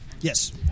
Yes